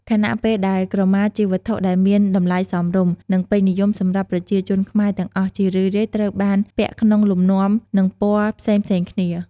ខណៈពេលដែលក្រមាជាវត្ថុដែលមានតម្លៃសមរម្យ និងពេញនិយមសម្រាប់ប្រជាជនខ្មែរទាំងអស់ ជារឿយៗត្រូវបានពាក់ក្នុងលំនាំ និងពណ៌ផ្សេងៗគ្នា។